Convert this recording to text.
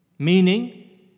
meaning